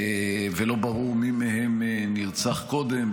ולא ברור מי מהם נרצח קודם.